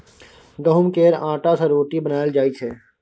गहुँम केर आँटा सँ रोटी बनाएल जाइ छै